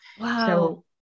Wow